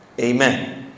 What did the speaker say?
amen